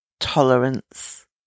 Tolerance